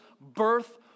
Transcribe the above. birth